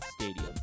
Stadium